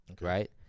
right